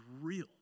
real